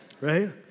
Right